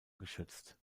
geschützt